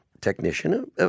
technician